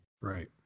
Right